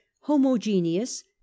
homogeneous